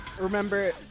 remember